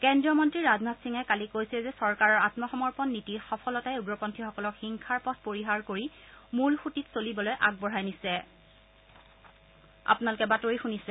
কেন্দ্ৰীয় মন্ত্ৰী ৰাজনাথ সিঙে কালি কৈছে যে চৰকাৰৰ আম্মসমৰ্পণ নীতিৰ সফলতাই উগ্ৰপন্থীসকলক হিংসাৰ পথ পৰিহাৰ কৰি মূল সূঁতিত চলিবলৈ আগবঢ়াই নিছে